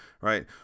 right